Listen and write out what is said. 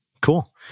Cool